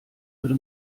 würde